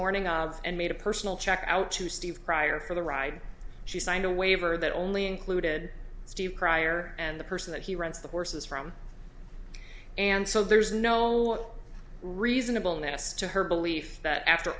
morning and made a personal check out to steve prior for the ride she signed a waiver that only included steve prior and the person that he rents the horses from and so there's no reasonable ness to her belief that after